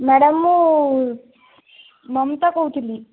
madam ମୁଁ ମମିତା କହୁଥିଲି